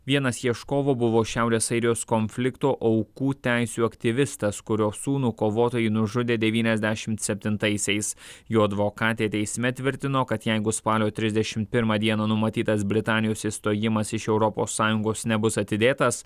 vienas ieškovų buvo šiaurės airijos konflikto aukų teisių aktyvistas kurio sūnų kovotojai nužudė devyniasdešimt septintaisiais jo advokatė teisme tvirtino kad jeigu spalio trisdešim pirmą dieną numatytas britanijos išstojimas iš europos sąjungos nebus atidėtas